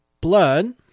blood